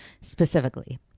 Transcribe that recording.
specifically